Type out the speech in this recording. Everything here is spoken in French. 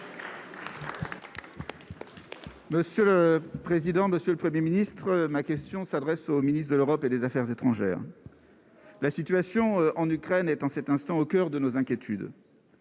Monsieur le président, Monsieur le 1er ministre ma question s'adresse au ministre de l'Europe et des Affaires étrangères, la situation en Ukraine est en cet instant, au coeur de nos inquiétudes.